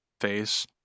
face